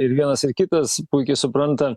ir vienas ir kitas puikiai supranta